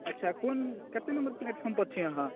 अच्छा कोन कतेक नंबर प्लेटफॉर्म पर छी अहाँ